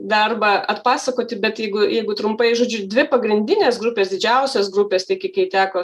darbą atpasakoti bet jeigu jeigu trumpai žodžiu dvi pagrindinės grupės didžiausios grupės tiek kiek jai teko